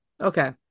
Okay